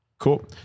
Cool